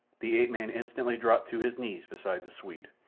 the ape-man instantly dropped to his knees beside the swede.